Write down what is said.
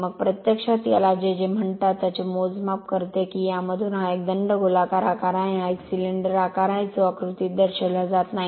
मग प्रत्यक्षात याला जे जे म्हणतात त्याचे मोजमाप करते की यामधून हा एक दंडगोलाकार आकार आहे हा एक सिलेंडर आकार आहे जो आकृतीत दर्शविला जात नाही